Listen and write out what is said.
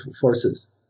forces